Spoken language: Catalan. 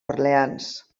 orleans